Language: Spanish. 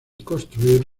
construir